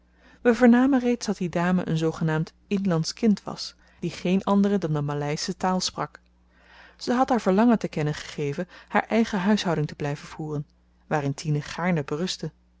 we vernamen reeds dat die dame een zoogenaamd inlandsch kind was die geen andere dan de maleische taal sprak ze had haar verlangen te kennen gegeven haar eigen huishouding te blyven voeren waarin tine gaarne berustte